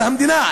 אבל המדינה,